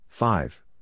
Five